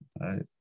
right